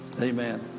Amen